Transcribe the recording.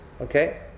Okay